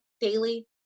daily